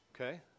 Okay